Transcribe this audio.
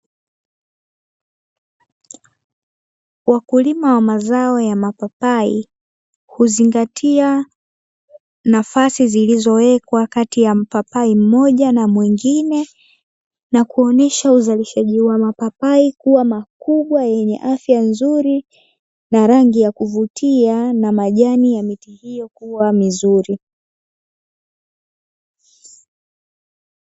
Wakulima wa mazao ya mapapai, huzingatia nafasi zilizowekwa kati ya mpapai mmoja na mwingine, na kuonesha uzalishaji wa mapapai kuwa makubwa yenye afya nzuri na rangi ya kuvutia, na majani ya miti hiyo kuwa mizuri.